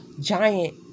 giant